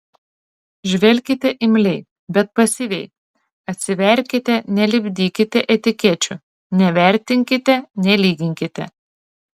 žvelkite imliai bet pasyviai atsiverkite nelipdykite etikečių nevertinkite nelyginkite